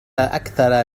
أكثر